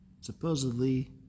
Supposedly